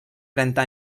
trenta